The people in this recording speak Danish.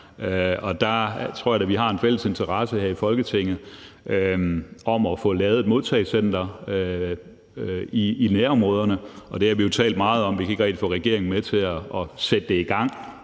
Der tror jeg da vi har en fælles interesse her i Folketinget i at få lavet et modtagecenter i nærområdet. Det har vi jo talt meget om, men vi kan ikke rigtig få regeringen med på at sætte det i gang.